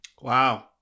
Wow